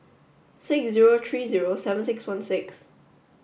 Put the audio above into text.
six zero three zero seven six one six